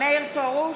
מאיר פרוש,